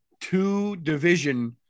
two-division